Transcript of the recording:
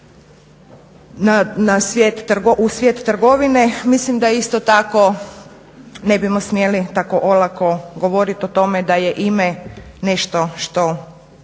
u svijet trgovine. Mislim da isto tako ne bismo smjeli tako olako govoriti o tome da je ime nešto što